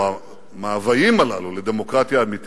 או המאוויים הללו לדמוקרטיה אמיתית,